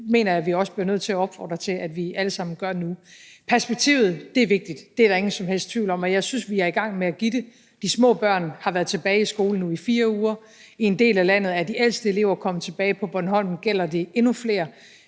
mener jeg at vi også bliver nødt til at opfordre til at vi alle sammen gør nu. Perspektivet er vigtigt, det er der ingen som helst tvivl om, og jeg synes, vi er i gang med at give det. De små børn har været tilbage i skole nu i 4 uger. I en del af landet er de ældste elever kommet tilbage, og på Bornholm gælder det endnu flere.